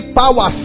power